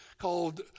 called